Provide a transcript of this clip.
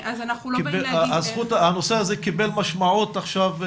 הנושא הזה קיבל משמעות עכשיו.